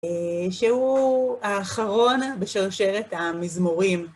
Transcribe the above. שהוא האחרון בשרשרת המזמורים.